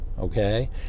Okay